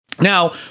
Now